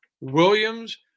Williams